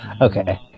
Okay